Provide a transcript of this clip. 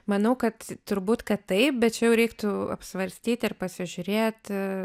manau kad turbūt kad taip bet čia jau reiktų apsvarstyti ir pasižiūrėt